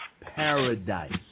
paradise